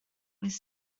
with